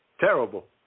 Terrible